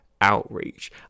outreach